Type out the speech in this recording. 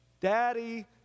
Daddy